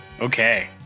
okay